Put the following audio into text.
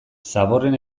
zaborren